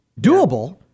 Doable